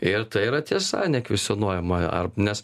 ir tai yra tiesa nekvestionuojama ar nes